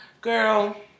girl